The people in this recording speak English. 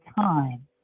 time